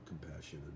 compassion